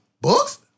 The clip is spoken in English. Books